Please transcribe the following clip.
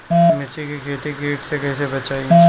मिर्च के खेती कीट से कइसे बचाई?